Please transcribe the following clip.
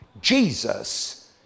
Jesus